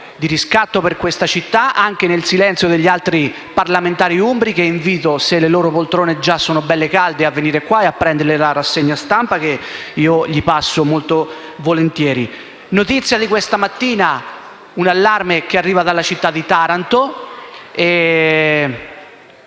di riscatto per questa città, anche nel silenzio degli altri parlamentari umbri che invito, se le loro poltrone sono ancora belle calde, a venire qui a prendere la rassegna stampa che passo loro molto volentieri. È notizia di questa mattina un allarme proveniente dalla città di Taranto